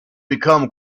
become